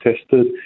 tested